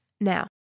Now